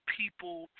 people